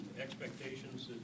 expectations